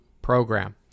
program